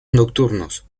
nocturnos